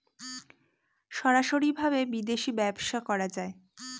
সরাসরি ভাবে বিদেশী ব্যবসা করা যায়